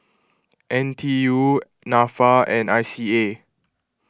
N T U Nafa and I C A